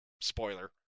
spoiler